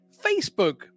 Facebook